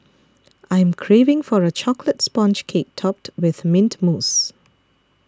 I am craving for a Chocolate Sponge Cake Topped with Mint Mousse